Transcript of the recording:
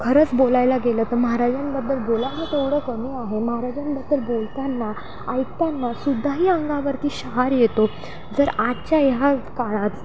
खरंच बोलायला गेलं तर महाराजांबद्दल बोलाव तेवढं कमी आहे महाराजांबद्दल बोलतांना ऐकतना सुुद्धाही अंगावरती शहार येतो जर आजच्या ह्या काळात